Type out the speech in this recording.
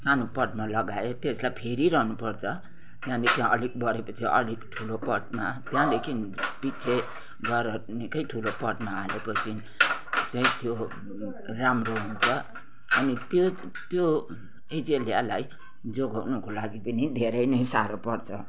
सानो पटमा लगाए त्यसलाई फेरिरहनुपर्छ त्यहाँदेखि अलिक बढेपछि अलिक ठुलो पटमा त्यहाँदेखि पिच्छे गएर निकै ठुलो पटमा हालेपछि चाहिँ त्यो राम्रो हुन्छ अनि त्यो त्यो एजेलियालाई जोगाउनुको लागि पनि धेरै नै साह्रो पर्छ